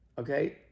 okay